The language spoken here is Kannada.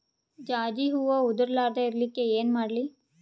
ಜಾಜಿ ಹೂವ ಉದರ್ ಲಾರದ ಇರಲಿಕ್ಕಿ ಏನ ಮಾಡ್ಲಿ?